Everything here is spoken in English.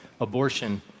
Abortion